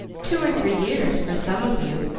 two or three years for some of you.